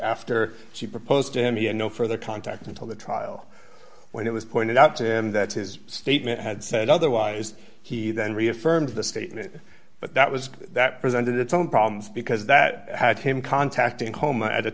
after she proposed and he had no further contact until the trial when it was pointed out to him that his statement had said otherwise he then reaffirmed the statement but that was that presented its own problems because that had him contacting home at a